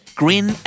grin